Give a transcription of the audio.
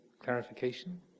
clarification